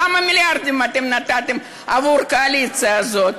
כמה מיליארדים אתם נתתם עבור הקואליציה הזאת?